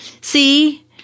See